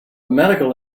medical